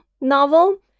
novel